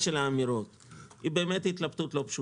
זו באמת התלבטות לא פשוטה.